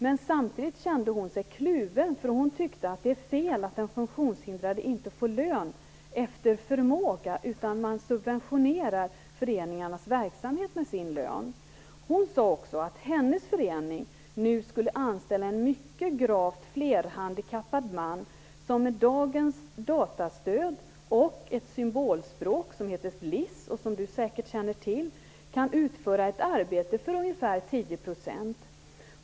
Men samtidigt kände hon sig kluven, eftersom hon tycker att det är fel att den funktionshindrade inte får lön efter förmåga utan subventionerar föreningarnas verksamhet med sin lön. Hon sade också att hennes förening nu skall anställa en mycket gravt flerhandikappad man som med dagens datastöd och ett symbolspråk som heter bliss - som Tuve Skånberg säkert känner till - kan utföra ett arbete för ungefär 10 %.